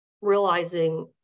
realizing